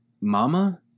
Mama